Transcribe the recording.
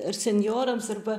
ar senjorams arba